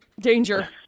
Danger